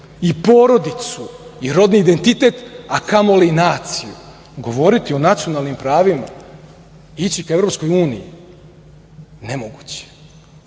i porodicu i rodni identitet, a kamoli naciju. Govoriti o nacionalnim pravima i ići ka EU, nemoguće.